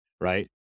Right